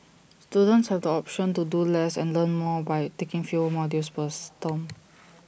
students have the option to do less and learn more by taking fewer modules per storm